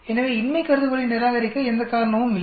எனவே இன்மை கருதுகோளை நிராகரிக்க எந்த காரணமும் இல்லை